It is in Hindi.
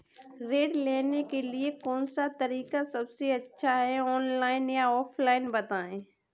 ऋण लेने के लिए कौन सा तरीका सबसे अच्छा है ऑनलाइन या ऑफलाइन बताएँ?